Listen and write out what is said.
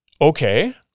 okay